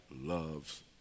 loves